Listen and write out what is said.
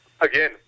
again